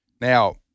Now